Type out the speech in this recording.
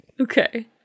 Okay